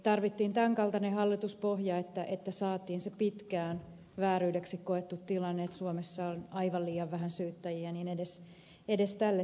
tarvittiin tämän kaltainen hallituspohja että saatiin se pitkään vääryydeksi koettu tilanne että suomessa on aivan liian vähän syyttäjiä edes tälle tasolle